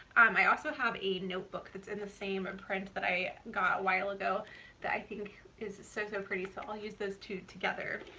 um i also have a notebook that's in the same print that i got a while ago that i think is so, so pretty, so i'll use those two together.